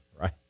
right